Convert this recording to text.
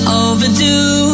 overdue